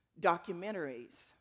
documentaries